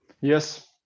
Yes